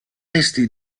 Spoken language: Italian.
testi